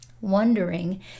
Wondering